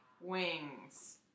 wings